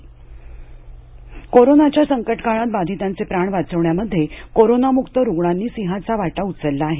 plasma कोरोनाच्या संकटकाळात बाधितांचे प्राण वाचविण्यामध्ये करोनामुक्त रुग्णांनी सिंहाचा वाटा उचलला आहे